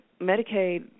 Medicaid –